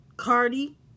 Cardi